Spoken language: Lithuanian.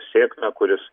sėkmę kuris